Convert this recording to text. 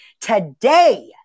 Today